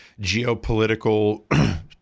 geopolitical